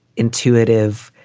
intuitive,